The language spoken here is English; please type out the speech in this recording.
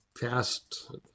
past